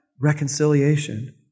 Reconciliation